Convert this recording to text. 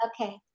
Okay